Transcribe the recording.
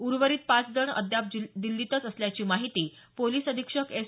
उर्वरित पाचजण अद्याप दिल्लीतच असल्याची माहिती पोलीस अधीक्षक एस